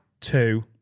two